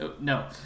no